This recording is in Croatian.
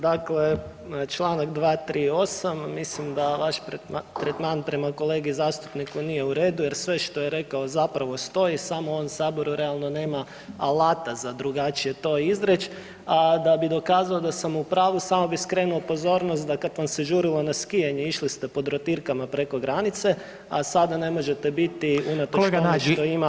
Dakle, čl. 238., mislim da vaš tretman prema kolegi zastupniku nije u redu jer sve što je rekao zapravo stoji samo on u saboru realno nema alata za drugačije to izreć, a da bi dokazao da sam u pravu samo bi skrenuo pozornost da kad vam se žurilo na skijanje išli ste pod rotirkama preko granice, a sada ne možete biti unatoč tome što ima…